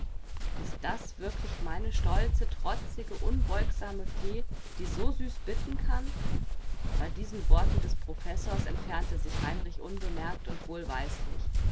ist das wirklich meine stolze trotzige unbeugsame fee die so süß bitten kann bei diesen worten des professors entfernte sich heinrich unbemerkt und wohlweislich